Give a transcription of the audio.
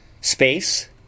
Space